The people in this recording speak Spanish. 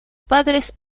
padres